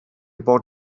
bod